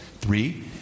three